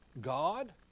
God